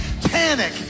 panic